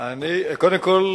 קודם כול,